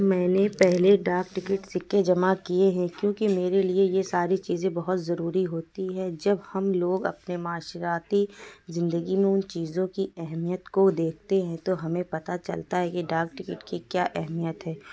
میں نے پہلے ڈاک ٹکٹ سکے جمع کیے ہیں کیونکہ میرے لیے یہ ساری چیزیں بہت ضروری ہوتی ہیں جب ہم لوگ اپنے معاشیاتی زندگی میں ان چیزوں کی اہمیت کو دیکھتے ہیں تو ہمیں پتہ چلتا ہے یہ ڈاک ٹکٹ کی کیا اہمیت ہے